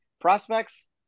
Prospects